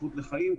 הזכות לחיים,